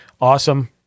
Awesome